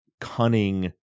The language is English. cunning